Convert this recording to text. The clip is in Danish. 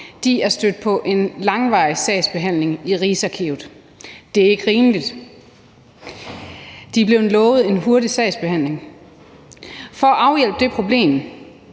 er stødt på en langvarig sagsbehandling i Rigsarkivet. Det er ikke rimeligt. De er blevet lovet en hurtig sagsbehandling. For at afhjælpe det problem